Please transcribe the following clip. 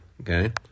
Okay